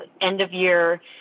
end-of-year